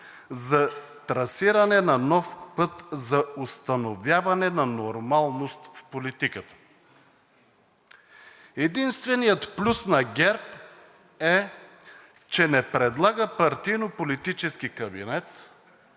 за трасиране на нов път за установяване на нормалност в политиката. Единственият плюс на ГЕРБ е, че не предлага партийно-политически кабинет,